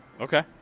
Okay